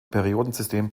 periodensystem